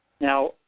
Now